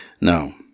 now